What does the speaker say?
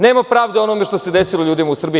Nema pravde onome što se desilo ljudima u Srbiji.